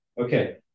Okay